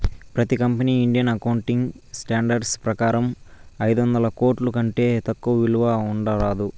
ప్రతి కంపెనీకి Indian accounting standards ప్రకారం ఐదొందల కోట్ల కంటే తక్కువ విలువ ఉండరాదు